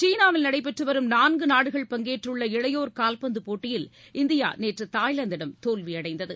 சீனாவில் நடைபெற்று வரும் நான்கு நாடுகள் பங்கேற்றுள்ள இளையோர் கால்பந்து போட்டியில் இந்தியா நேற்று தாய்லாந்திடம் தோல்வி அடைந்தது